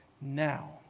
now